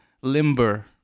limber